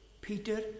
Peter